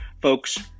Folks